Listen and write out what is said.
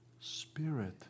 Spirit